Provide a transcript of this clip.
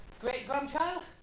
great-grandchild